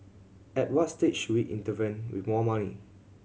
at what stage should we intervene with more money